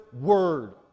word